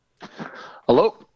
Hello